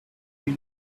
you